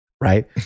right